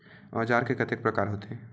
औजार के कतेक प्रकार होथे?